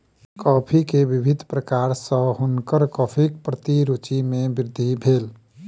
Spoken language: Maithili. कॉफ़ी के विभिन्न प्रकार सॅ हुनकर कॉफ़ीक प्रति रूचि मे वृद्धि भेल